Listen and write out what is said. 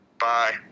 Bye